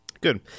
Good